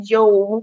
Joe